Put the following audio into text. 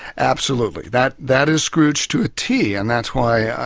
absolutely. that that is scrooge to a t, and that's why,